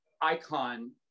icon